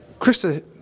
Krista